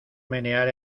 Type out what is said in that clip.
menear